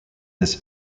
this